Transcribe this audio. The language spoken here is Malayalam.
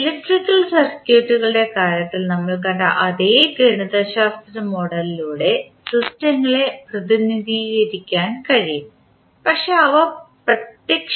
ഇലക്ട്രിക്കൽ സർക്യൂട്ടുകളുടെ കാര്യത്തിൽ നമ്മൾ കണ്ട അതേ ഗണിതശാസ്ത്ര മോഡലിലൂടെ സിസ്റ്റങ്ങളെ പ്രതിനിധീകരിക്കാൻ കഴിയും പക്ഷേ അവ പ്രത്യക്ഷമായി വ്യത്യസ്തമാണ്